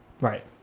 right